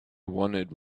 wanted